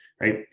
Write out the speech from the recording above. right